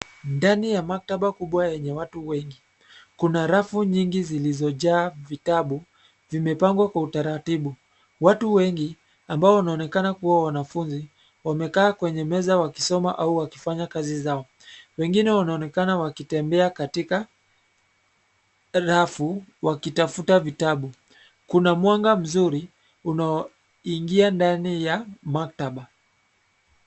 Ndani ya maktaba kubwa yenye watu wengi. Kuna rafu nyingi zilizojaa vitabu vimepangwa kwa utaratibu. Watu wengi ambao wanaonekana kuwa wanafunzi wamekaa kwenye meza wakisoma au wakifanya kazi zao. Wengine wanaonekana wakitembea katika rafu wakitafuta vitabu. Kuna mwanga mzuri unaoingia ndani ya maktaba.